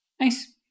Nice